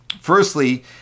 firstly